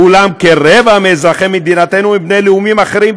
אולם כרבע מאזרחי מדינתנו הם בני לאומים אחרים,